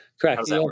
Correct